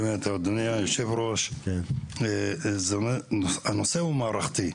אדוני היושב-ראש, הנושא הוא מערכתי.